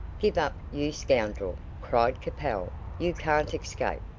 give up, you scoundrel! cried capel. you can't escape.